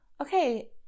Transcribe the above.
okay